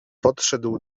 podszedł